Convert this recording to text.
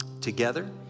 together